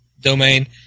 domain